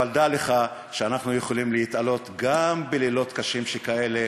אבל דע לך שאנחנו יכולים להתעלות גם בלילות קשים שכאלה.